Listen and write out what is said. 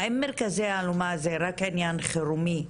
האם מרכזי אלומה זה רק עניין חירומי,